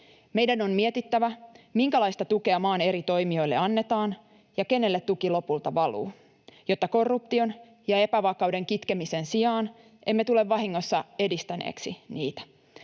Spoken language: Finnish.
Meidän on mietittävä, minkälaista tukea maan eri toimijoille annetaan ja kenelle tuki lopulta valuu, jotta korruption ja epävakauden kitkemisen sijaan emme tule vahingossa edistäneeksi niitä.